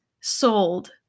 sold